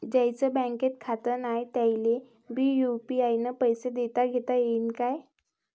ज्याईचं बँकेत खातं नाय त्याईले बी यू.पी.आय न पैसे देताघेता येईन काय?